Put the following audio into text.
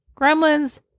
gremlins